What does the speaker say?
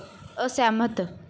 ਅਸਹਿਮਤ